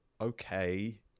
okay